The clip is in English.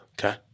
Okay